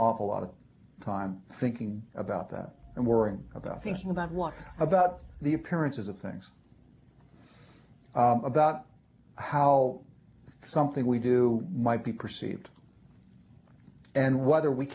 awful lot of time thinking about that and worrying about thinking about what about the appearances of things about how something we do might be perceived and whether we